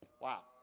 Wow